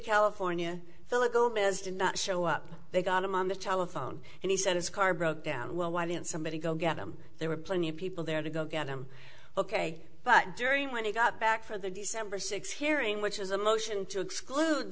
california philip gomez did not show up they got him on the telephone and he said his car broke down well why didn't somebody go get him there were plenty of people there to go get him ok but during when he got back for the december sixth hearing which is a motion to exclude